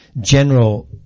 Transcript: general